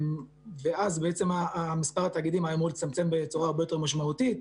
ואז מספר התאגידים היה אמור להצטמצם בצורה הרבה יותר משמעותית,